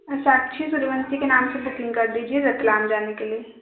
साक्षी सूर्यवंशी के नाम से बुकिंग कर दीजिए रतलाम जाने के लिए